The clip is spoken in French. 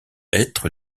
être